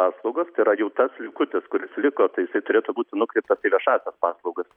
paslaugos tai yra jau tas likutis kuris liko tai jisai turėtų būti nukreiptas į viešąsias paslaugas